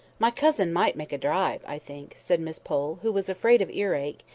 my cousin might make a drive, i think, said miss pole, who was afraid of ear-ache,